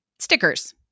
Stickers